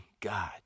God